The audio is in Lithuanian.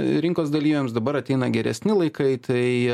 rinkos dalyviams dabar ateina geresni laikai tai